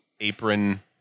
apron